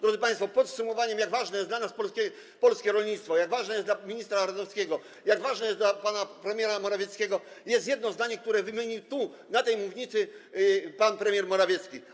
Drodzy państwo, podsumowaniem, jak ważne jest dla nas polskie rolnictwo, jak ważne jest dla ministra Ardanowskiego, jak ważne jest dla pana premiera Morawieckiego, jest jedno zdanie, które wypowiedział z tej mównicy pan premier Morawiecki.